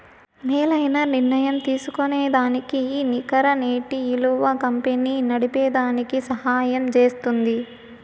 మేలైన నిర్ణయం తీస్కోనేదానికి ఈ నికర నేటి ఇలువ కంపెనీ నడిపేదానికి సహయం జేస్తుంది